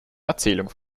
erzählung